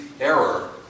error